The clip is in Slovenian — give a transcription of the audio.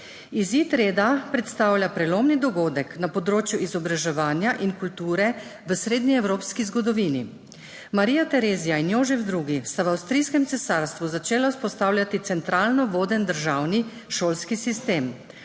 Izid reda predstavlja prelomni dogodek na področju izobraževanja in kulture v srednjeevropski zgodovini. Marija Terezija in Jožef II sta v Avstrijskem cesarstvu začela vzpostavljati centralno voden državni šolski sistem.